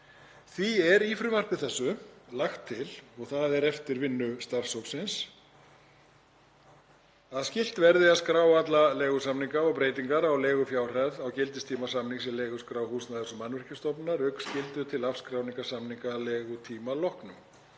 Því er í frumvarpi þessu lagt til, eftir vinnu starfshópsins, að skylt verði að skrá alla leigusamninga og breytingar á leigufjárhæð á gildistíma samnings í leiguskrá Húsnæðis- og mannvirkjastofnunar auk skyldu til afskráningar samninga að leigutíma loknum.